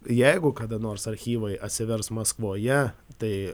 jeigu kada nors archyvai atsivers maskvoje tai